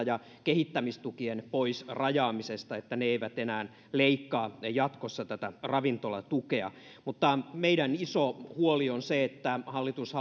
ja kehittämistukien pois rajaamisessa siten että ne eivät enää leikkaa jatkossa tätä ravintolatukea mutta meidän iso huoli on se että hallitus